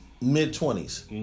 mid-twenties